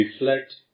reflect